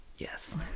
yes